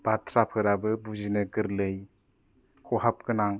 बाथ्रा फोराबो बुजिनो गोरलै खहाब गोनां